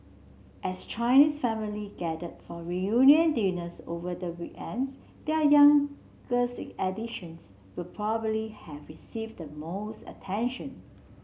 as Chinese families gathered for reunion dinners over the weekend their youngest additions would probably have received the most attention